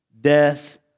death